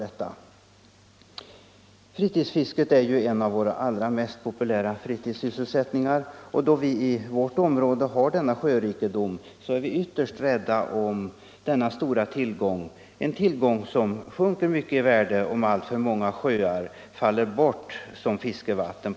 Nr 90 Fritidsfisket är ju en av våra allra mest populära fritidssysselsättningar, Måndagen den och då vi i vårt område har stor sjörikedom är vi ytterst rädda om denna 26 maj 1975 stora tillgång — en tillgång som sjunker mycket i värde om alltför många sjöar på grund av försurning faller bort som fiskevatten.